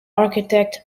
architect